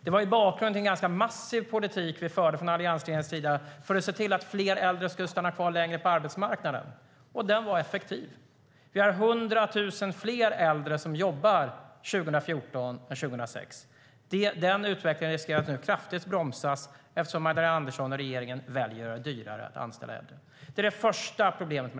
Det var bakgrunden till den ganska massiva politik vi i alliansregeringen förde för att se till att fler äldre skulle stanna kvar längre på arbetsmarknaden. Den var effektiv. Vi har 100 000 fler äldre som jobbar 2014 än 2006. Den utvecklingen riskerar nu att bromsas kraftigt eftersom Magdalena Andersson och regeringen väljer att göra det dyrare att anställa äldre. Det är det första problemet.